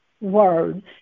word